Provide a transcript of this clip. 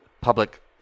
public